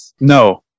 No